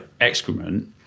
excrement